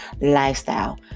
lifestyle